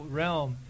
realm